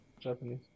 Japanese